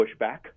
pushback